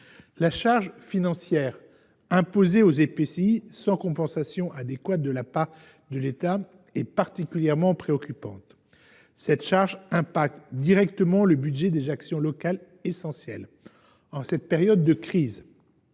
La charge financière imposée aux EPCI, sans compensation adéquate de la part de l’État, est particulièrement préoccupante. Cette charge affecte directement le budget des actions locales essentielles. En cette période de crise,